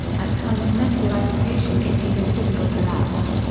at times mental agitation issued in physical collapse.